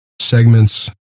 segments